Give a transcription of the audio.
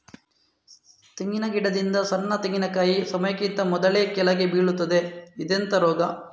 ತೆಂಗಿನ ಗಿಡದಿಂದ ಸಣ್ಣ ತೆಂಗಿನಕಾಯಿ ಸಮಯಕ್ಕಿಂತ ಮೊದಲೇ ಕೆಳಗೆ ಬೀಳುತ್ತದೆ ಇದೆಂತ ರೋಗ?